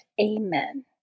Amen